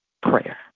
prayer